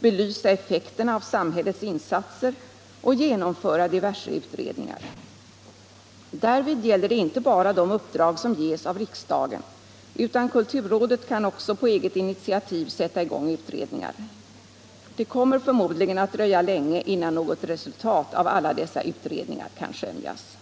belysa effekterna av samhällets insatser och genomföra diverse utredningar. Därvid gäller det inte bara de uppdrag som ges av riksdagen, utan kulturrådet kan också på eget initiativ sätta i gång utredningar. Det kommer förmodligen att dröja länge innan några resultat av alla dessa utredningar kan skönjas.